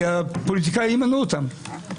כי הפוליטיקאים ימנו אותם.